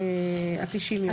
ה-90 יום.